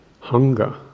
hunger